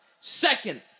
second